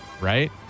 Right